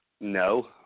no